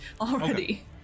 Already